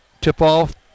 tip-off